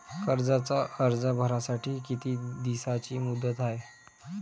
कर्जाचा अर्ज भरासाठी किती दिसाची मुदत हाय?